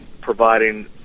providing